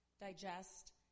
digest